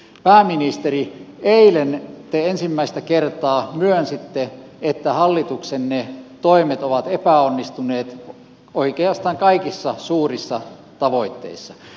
pääministeri eilen te ensimmäistä kertaa myönsitte että hallituksenne toimet ovat epäonnistuneet oikeastaan kaikissa suurissa tavoitteissa